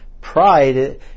pride